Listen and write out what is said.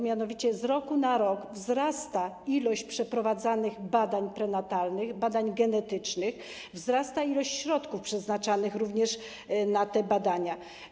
Mianowicie z roku na rok wzrasta liczba przeprowadzanych badań prenatalnych, badań genetycznych, wzrasta również ilość środków przeznaczanych na te badania.